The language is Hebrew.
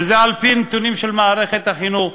וזה על-פי נתונים של מערכת החינוך,